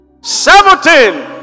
Seventeen